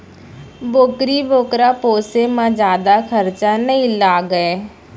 बोकरी बोकरा पोसे म जादा खरचा नइ लागय